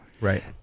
Right